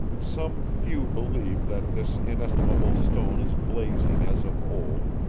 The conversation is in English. some few believe that this inestimable stone is blazing as of old,